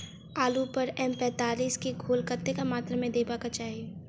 आलु पर एम पैंतालीस केँ घोल कतेक मात्रा मे देबाक चाहि?